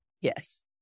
Yes